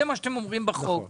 דירת מגורים